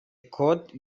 court